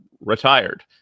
retired